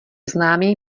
známý